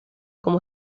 como